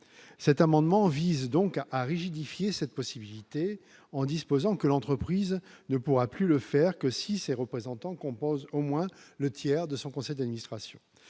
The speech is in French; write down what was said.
cet amendement vise donc à à rigidifier cette possibilité en disposant que l'entreprise ne pourra plus le faire que si ses représentants composent au moins le tiers de son conseil d'administration,